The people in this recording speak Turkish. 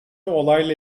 olayla